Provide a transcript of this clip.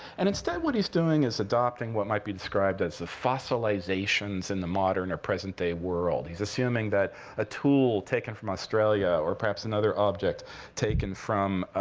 and, instead, what he's doing is adopting what might be described as the fossilizations in the modern or present-day world. he's assuming that a tool taken from australia, or perhaps another object taken from